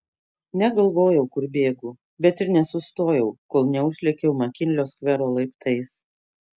negalvojau kur bėgu bet ir nesustojau kol neužlėkiau makinlio skvero laiptais